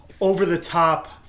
over-the-top